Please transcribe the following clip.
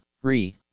re